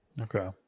okay